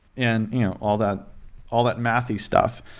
and you know all that all that mathy stuff,